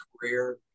career